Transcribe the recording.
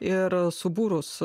ir subūrus